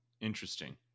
Interesting